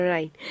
Right